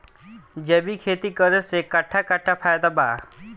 जैविक खेती करे से कट्ठा कट्ठा फायदा बा?